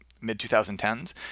mid-2010s